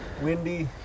windy